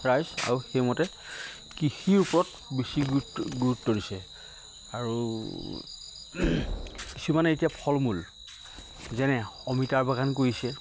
ৰাইজ আৰু সেইমতে কৃষিৰ ওপৰত বেছি গুৰুত্ব গুৰুত্ব দিছে আৰু কিছুমানে এতিয়া ফল মূল যেনে অমিতাৰ বাগান কৰিছে